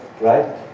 right